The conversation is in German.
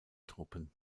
truppen